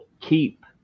keep